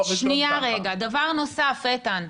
דבר נוסף, איתן,